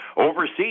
Overseas